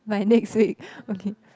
by next week okay